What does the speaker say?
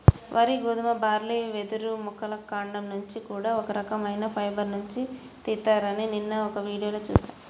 వరి, గోధుమ, బార్లీ, వెదురు మొక్కల కాండం నుంచి కూడా ఒక రకవైన ఫైబర్ నుంచి తీత్తారని నిన్న ఒక వీడియోలో చూశా